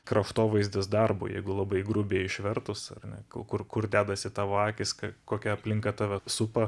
kraštovaizdis darbui jeigu labai grubiai išvertus ar ne kur kur dedasi tavo akys ka kokia aplinka tave supa